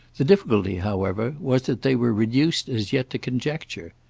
the difficulty however was that they were reduced as yet to conjecture.